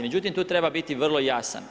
Međutim, tu treba biti vrlo jasan.